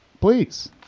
Please